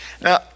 Now